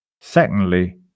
Secondly